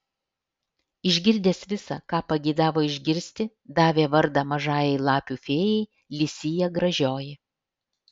išgirdęs visa ką pageidavo išgirsti davė vardą mažajai lapių fėjai li sija gražioji